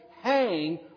hang